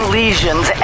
lesions